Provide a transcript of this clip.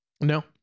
No